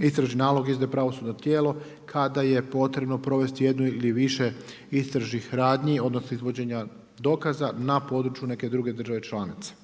istražni nalog izdaje pravosudno tijelo kada je potrebno provesti jednu ili više istražnih radnji odnosno izvođenja dokaza na području neke druge države članice